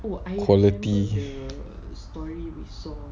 quality